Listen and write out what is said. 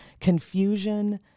confusion